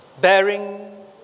bearing